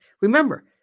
Remember